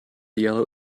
yellow